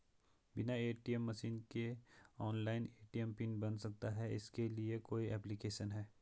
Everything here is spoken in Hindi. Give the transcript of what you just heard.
बिना ए.टी.एम मशीन के ऑनलाइन ए.टी.एम पिन बन सकता है इसके लिए कोई ऐप्लिकेशन है?